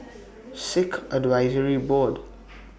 Sikh Advisory Board